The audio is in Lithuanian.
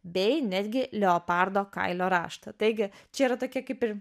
bei netgi leopardo kailio raštą taigi čia yra tokie kaip ir